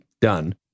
done